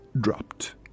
dropped